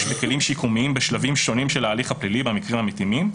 בכלים שיקומיים בשלבים שונים של ההליך הפלילי במקרים המתאימים,